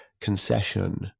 concession